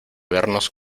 vernos